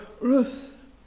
Ruth